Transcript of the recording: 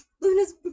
Luna's